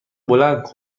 بلند